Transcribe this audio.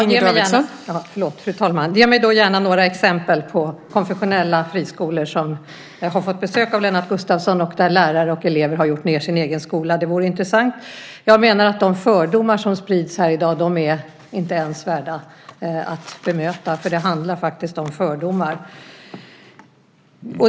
Fru talman! Ge mig då gärna några exempel på konfessionella friskolor som har fått besök av Lennart Gustavsson och där lärare och elever har gjort ned sin egen skola. Det vore intressant. Jag menar att de fördomar som sprids här i dag inte ens är värda att bemöta, för det handlar faktiskt om fördomar.